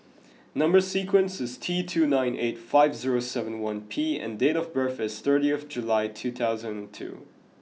number sequence is T two nine eight five zero seven one P and date of birth is thirtieth July two thousand and two